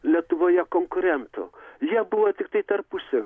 lietuvoje konkurentų jie buvo tiktai tarpusavyje konkurentai